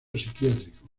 psiquiátrico